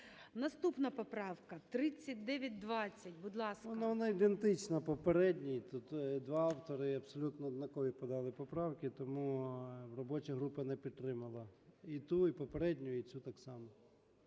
Наступна поправка - 3920, будь ласка. 12:49:45 ЧЕРНЕНКО О.М. Вона ідентична попередній. Тут два автори абсолютно однакові подали поправки. Тому робоча група не підтримала і ту, і попередню, і цю так само.